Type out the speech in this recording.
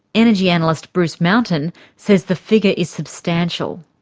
energy analyst bruce mountain says the figure is substantial.